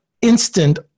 instant